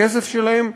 הכסף שלהם,